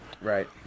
Right